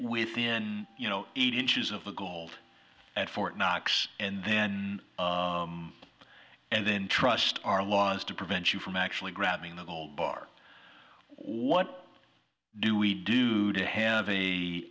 within eight inches of the gold at fort knox and then and then trust our laws to prevent you from actually grabbing the gold bar what do we do to